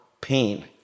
pain